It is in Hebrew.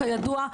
כידוע,